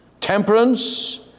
temperance